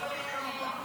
יש פה שר,